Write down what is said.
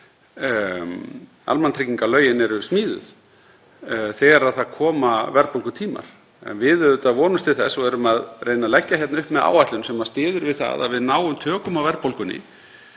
almannatryggingalögin eru smíðuð þegar það koma verðbólgutímar, en við vonumst auðvitað til þess og erum að reyna að leggja upp með áætlun sem styður við það að við náum tökum á verðbólgunni